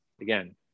Again